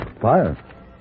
Fire